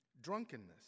drunkenness